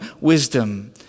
wisdom